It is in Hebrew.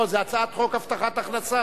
לא, זה הצעת החוק הבטחת הכנסה.